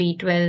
B12